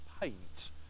paint